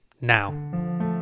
now